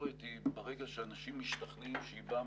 הביקורת היא ברגע שאנשים משתכנעים שהיא באה